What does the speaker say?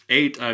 Eight